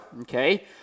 okay